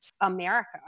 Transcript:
America